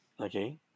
okay